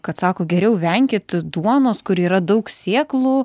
kad sako geriau venkit duonos kur yra daug sėklų